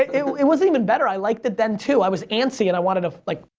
it wasn't even better, i liked it then too, i was antsy and i wanted to, like,